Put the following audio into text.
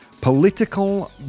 political